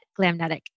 Glamnetic